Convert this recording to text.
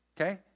Okay